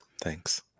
Thanks